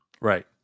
Right